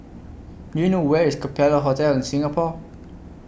Do YOU know Where IS Capella Hotel Singapore